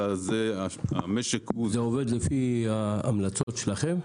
אלא המשק הוא זה --- זה עובד לפי ההמלצות שלכם?